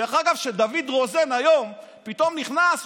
כשדוד רוזן פתאום נכנס היום,